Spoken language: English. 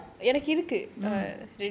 nice nice shoes and then come